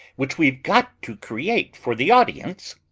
which we've got to create for the audience.